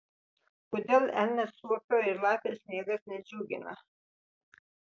kodėl elnės suopio ir lapės sniegas nedžiugina